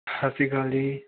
ਸਤਿ ਸ਼੍ਰੀ ਅਕਾਲ ਜੀ